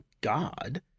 God